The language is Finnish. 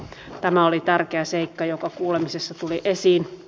tämä oli tärkeä seikka joka kuulemisissa tuli esiin